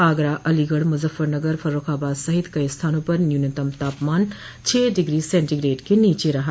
आगरा अलीगढ़ मजफ्फरनगर फर्र्रखाबाद सहित कई स्थानों पर न्यूनतम तापमान छह डिगो स टीग्रेट के नीचे रहा